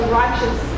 righteous